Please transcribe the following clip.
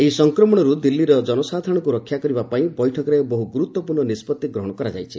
ଏହି ସଂକ୍ରମଣରୁ ଦିଲ୍ଲୀର ଜନସାଧାରଣଙ୍କୁ ରକ୍ଷା କରିବା ପାଇଁ ବୈଠକରେ ବହୁ ଗୁରୁତ୍ୱପୂର୍ଣ୍ଣ ନିଷ୍କଉି ଗ୍ରହଣ କରାଯାଇଛି